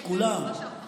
שקולה,